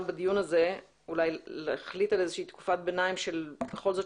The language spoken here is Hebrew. בדיון הזה אולי להחליט על איזושהי תקופת ביניים שהצדדים